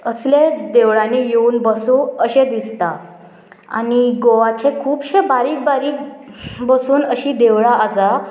असले देवळांनी येवन बसूं अशें दिसता आनी गोवाचे खुबशे बारीक बारीक बसून अशी देवळां आसा